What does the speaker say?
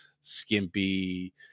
skimpy